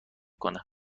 کنه